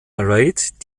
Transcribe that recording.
reid